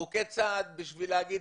חוקי צד כדי לומר,